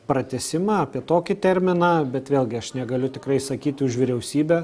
pratęsimą apie tokį terminą bet vėlgi aš negaliu tikrai sakyti už vyriausybę